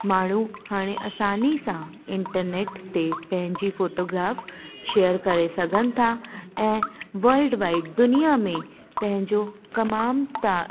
माण्हू हाणे असानी सां इंटरनेट ते पंहिंजी फ़ोटोग्राफ़ शेर करे सघनि था ऐं वल्ड वाइड दुनिया में पंहिंजो तमामु ता